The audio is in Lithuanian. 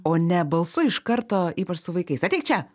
o ne balsu iš karto ypač su vaikais ateik čia